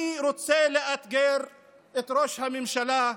אני רוצה לאתגר את ראש הממשלה,